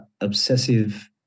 obsessive